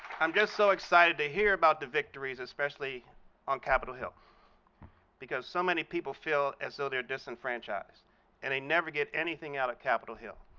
i'm just so excited to hear about the victories, especially on capitol hill because so many people feel as though they're disenfranchised and they never get anything out of capitol hill.